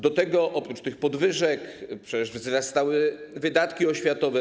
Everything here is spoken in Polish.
Do tego oprócz tych podwyżek pensji wzrastały wydatki oświatowe.